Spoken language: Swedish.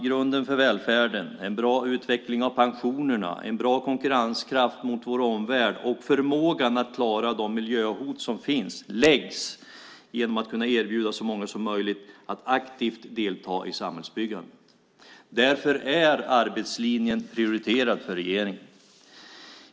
Grunden för välfärden, en bra utveckling av pensionerna, en bra konkurrenskraft gentemot vår omvärld och förmåga att klara de miljöhot som finns, läggs genom att erbjuda så många som möjligt att delta i samhällsbyggandet. Därför är arbetslinjen prioriterad för regeringen.